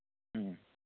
ꯎꯝ